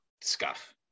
scuff